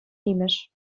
имӗш